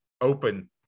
open